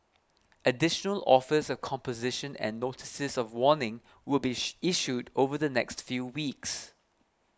additional offers of composition and notices of warning will be issued over the next few weeks